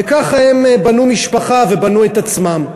וככה הם בנו משפחה ובנו את עצמם.